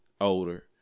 older